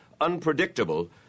unpredictable